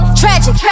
tragic